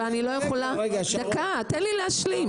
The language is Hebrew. תן לי להשלים.